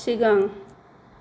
सिगां